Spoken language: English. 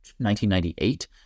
1998